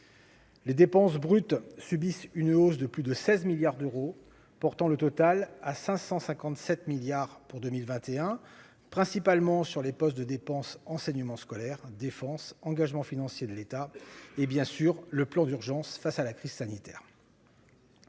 Les dépenses brutes subissent une hausse de plus de 16 milliards d'euros, portant le total à 557 milliards d'euros pour 2021, principalement sur les postes de dépenses « Enseignement scolaire »,« Défense »,« Engagements financiers de l'État » et, bien sûr, le « Plan d'urgence face à la crise sanitaire